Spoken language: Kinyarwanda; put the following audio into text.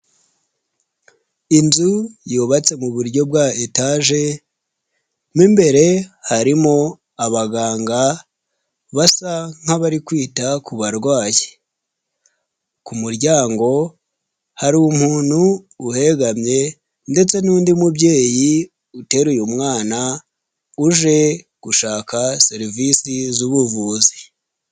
Inzu yubatse mu buryo bwa etaje, mo imbere harimo abaganga basa nk'abari kwita ku barwayi. Ku muryango hari umuntu uhegamye, ndetse n'undi mubyeyi uteraye mwana, uje gushaka serivisi z'ubuvuzi.